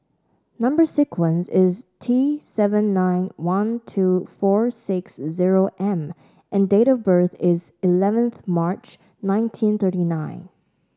number sequence is T seven nine one two four six zero M and date of birth is eleventh March nineteen thirty nine